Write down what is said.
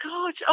God